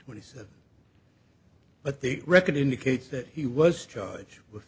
twenty seven but the record indicates that he was charged with